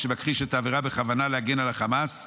שמכחיש את העבירה בכוונה להגן על החמאס,